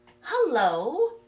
Hello